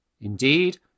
Indeed